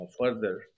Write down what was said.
further